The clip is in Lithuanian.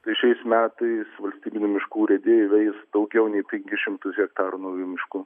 tai šiais metais valstybinių miškų urėdija įveis daugiau nei penkis šimtus hektarų naujų miškų